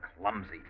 clumsy